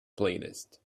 playlist